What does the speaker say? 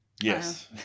yes